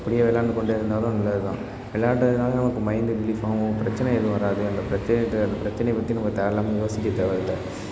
அப்படியே விள்ளாண்டுக் கொண்டே இருந்தாலும் நல்லது தான் விள்ளாட்றதுனால நமக்கு மைண்டு ரிலீஃப் ஆகும் பிரச்சனை எதுவும் வராது அந்த பிரச்சனை அந்த பிரச்சனையப் பற்றி நம்ம தேவையில்லாம யோசிக்க தேவையில்ல